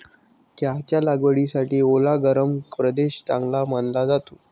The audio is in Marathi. चहाच्या लागवडीसाठी ओला गरम प्रदेश चांगला मानला जातो